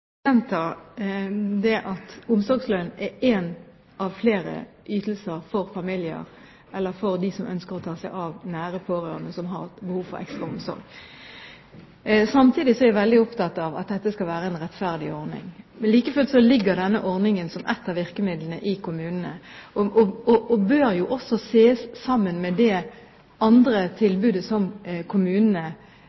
at omsorgslønn er én av flere ytelser for familier eller for dem som ønsker å ta seg av nære pårørende som har behov for ekstra omsorg. Samtidig er jeg veldig opptatt av at dette skal være en rettferdig ordning. Men like fullt ligger denne ordningen som ett av virkemidlene i kommunene, og den bør også ses sammen med andre tilbud som kommunene yter når det